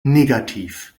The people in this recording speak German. negativ